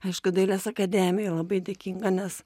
aišku dailės akademijai labai dėkinga nes